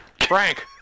Frank